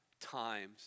times